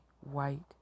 white